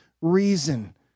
reason